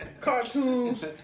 Cartoons